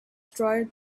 tried